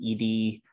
ED